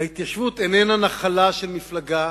ההתיישבות איננה נחלה של מפלגה,